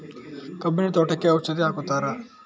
ಕಬ್ಬಿನ ತೋಟಕ್ಕೆ ಔಷಧಿ ಹಾಕುತ್ತಾರಾ?